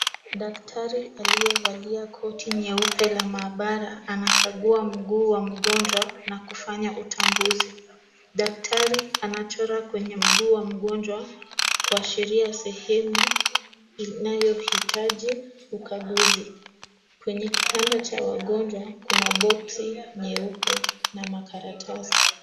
Daktari aliyevalia koti nyeupe la maabara anakagua mguu wa mgonjwa na kufanya utambuzi. Daktari anachora kwenye mguu wa mgonjwa, kuashiria sehemu inayohitaji ukaguzi. Kwenye kitanda cha wagonjwa kuna boksi nyeupe na makaratasi.